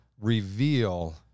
reveal